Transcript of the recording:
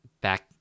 back